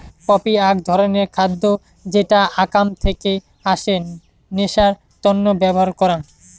poppy আক ধরণের খাদ্য যেটা আকাম থেকে আসে নেশার তন্ন ব্যবহার করাং